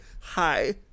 hi